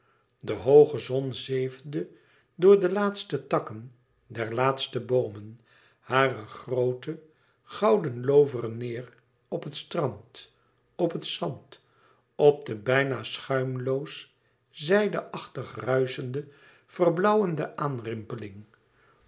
de hooge zon zeefde door de laatste takken der laatste boomen hare groote gouden looveren neêr op het strand op het zand op de bijna schuimloos zijde achtig ruischende verblauwende aanrimpeling